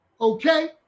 Okay